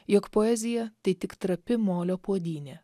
jog poezija tai tik trapi molio puodynė